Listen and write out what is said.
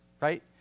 Right